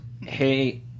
hey